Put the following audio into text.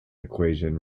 equation